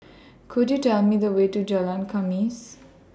Could YOU Tell Me The Way to Jalan Khamis